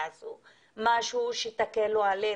תעשו משהו שתקלו עלינו.